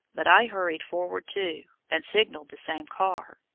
but i hurried forward too, and signaled the same car.